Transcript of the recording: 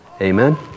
Amen